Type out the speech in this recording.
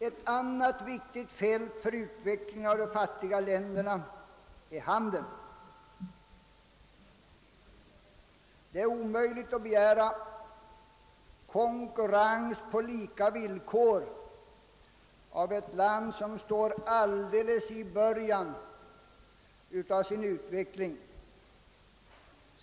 Ett annat viktigt fält för utveckling av de fattiga länderna är handeln. Det är omöjligt att begära konkurrens på lika villkor av ett land, som står alldeles i början av sin utveckling.